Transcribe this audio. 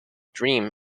dream